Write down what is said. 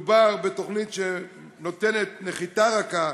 מדובר בתוכנית שנותנת נחיתה רכה